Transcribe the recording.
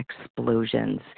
explosions